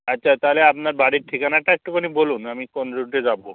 আচ্ছা তাহলে আপনার বাড়ির ঠিকানাটা একটুখানি বলুন আমি কোন রুট দিয়ে যাবো